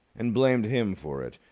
and blamed him for it.